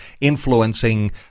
influencing